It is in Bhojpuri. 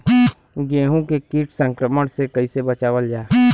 गेहूँ के कीट संक्रमण से कइसे बचावल जा?